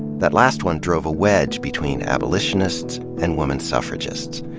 that last one drove a wedge between abolitionists and woman suffragists.